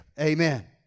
Amen